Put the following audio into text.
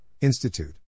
Institute